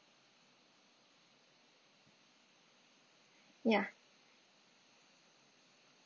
ya